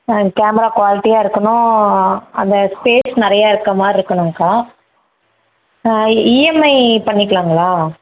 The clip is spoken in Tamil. ஆ கேமரா குவாலிட்டியாக இருக்கணும் அந்த ஸ்பேஸ் நிறைய இருக்கற மாதிரி இருக்கணுங்க்கா இஎம்ஐ பண்ணிக்கலாங்களா